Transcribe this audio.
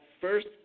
First